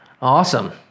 Awesome